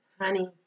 Honey